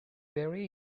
there